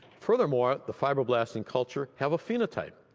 furthermore, the fibroblasts in culture have a phenotype.